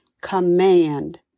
command